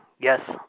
Yes